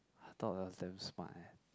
I thought I was damn smart eh